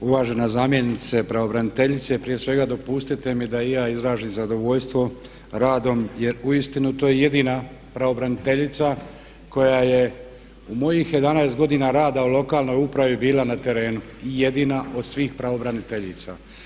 Uvažena zamjenice pravobraniteljice, prije svega dopustite mi da i ja izrazim zadovoljstvo radom jer uistinu to je jedina pravobraniteljica koja je u mojih 11 godina rada u lokalnoj upravi bila na terenu, jedina od svih pravobraniteljica.